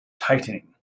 tightening